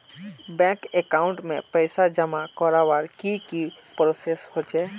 Bank account में पैसा जमा करवार की की प्रोसेस होचे?